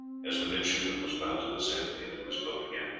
as the midshipman was about to descend into his boat again.